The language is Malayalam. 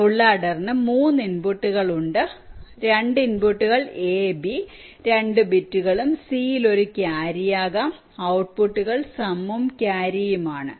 ഫുൾ ആഡറിന് 3 ഇൻപുട്ടുകൾ ഉണ്ട് 2 ഇൻപുട്ടുകൾ എ ബി 2 ബിറ്റുകളും സിയിൽ ഒരു ക്യാരി ആകാം ഔട്ട്പുട്ടുകൾ സം ഉം ക്യാരി ഉം ആണ്